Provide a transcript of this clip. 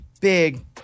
big